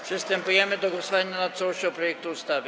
Przystępujemy do głosowania nad całością projektu ustawy.